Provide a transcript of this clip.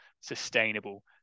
sustainable